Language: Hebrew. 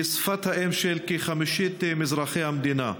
והיא שפת האם של כחמישית מאזרחי המדינה.